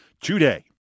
today